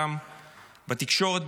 וגם בתקשורת,